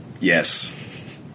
Yes